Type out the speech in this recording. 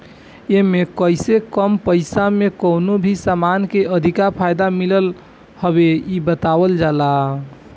एमे कइसे कम पईसा में कवनो भी समान के अधिक फायदा मिलत हवे इ बतावल जाला